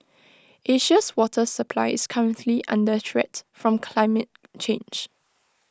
Asia's water supply is currently under threat from climate change